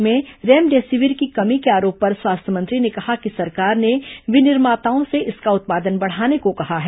देश में रेमडेसिविर की कमी के आरोप पर स्वास्थ्य मंत्री ने कहा कि सरकार ने विनिर्माताओं से इसका उत्पादन बढ़ाने को कहा है